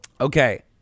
Okay